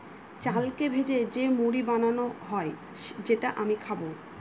চালকে ভেজে যে মুড়ি বানানো হয় যেটা আমি খাবো